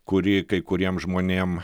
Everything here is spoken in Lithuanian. kuri kai kuriem žmonėm